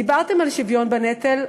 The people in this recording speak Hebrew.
דיברתם על שוויון בנטל,